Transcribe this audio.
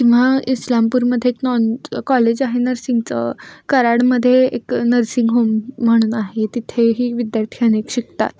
किंव्हा इस्लामपूरमध्ये एक नॉन कॉलेज आहे नर्सिंगचं कराडमध्ये एक नर्सिंग होम म्हणून आहे तिथेही विद्यार्थी अनेक शिकतात